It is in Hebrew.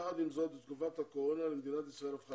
יחד עם זאת בתקופת הקורונה מדינת ישראל הפכה